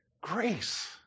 Grace